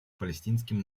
палестинским